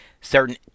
certain